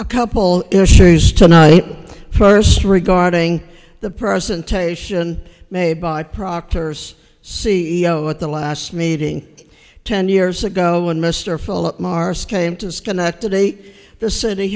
a couple issues tonight first regarding the presentation made by proctors c e o at the last meeting ten years ago when mr philip maher scame to schenectady the city